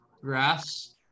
grass